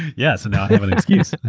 yeah, now i have an excuse.